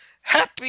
Happy